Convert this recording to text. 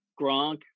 Gronk